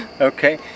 Okay